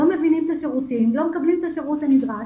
לא מקבלים את השירות הנדרש,